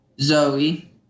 Zoe